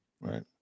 right